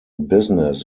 business